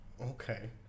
Okay